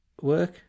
work